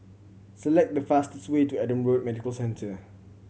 select the fastest way to Adam Road Medical Centre